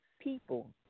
people